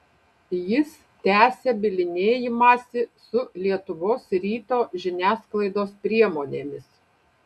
jis tęsia bylinėjimąsi su lietuvos ryto žiniasklaidos priemonėmis